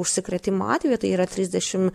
užsikrėtimų atvejų tai yra trisdešim